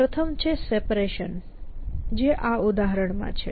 પ્રથમ છે સેપરેશન જે આ ઉદાહરણમાં છે